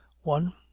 one